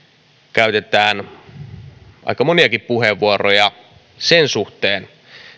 käytetään aika moniakin puheenvuoroja sen suhteen